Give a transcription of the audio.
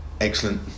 excellent